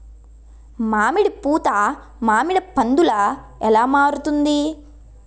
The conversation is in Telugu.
మామిడి పూత మామిడి పందుల ఎలా మారుతుంది?